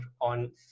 on